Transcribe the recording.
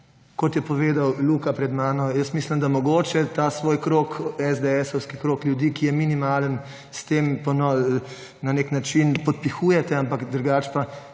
Kot je povedal Luka pred mano, jaz mislim, da mogoče ta svoj krog, esdeesovski krog ljudi, ki je minimalen, s tem na nek način podpihujete, ampak drugače pa